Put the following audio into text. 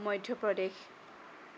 Madhya Pradesh